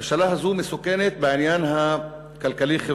הממשלה הזאת מסוכנת בעניין הכלכלי-חברתי,